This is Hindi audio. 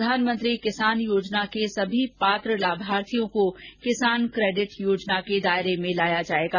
प्रधानमंत्री किसान योजना के सभी पात्र लाभार्थियों को किसान क्रेडिट कार्ड योजना के दायरे में लाया जाएगा